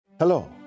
Hello